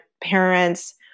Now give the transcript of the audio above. parents